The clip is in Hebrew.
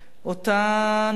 אותה נדיבות,